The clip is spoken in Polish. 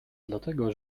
dlatego